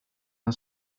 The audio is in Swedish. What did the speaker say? han